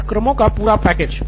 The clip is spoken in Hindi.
पाठ्यक्रमों का पूरा पैकेज